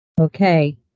Okay